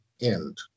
end